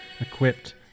equipped